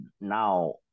now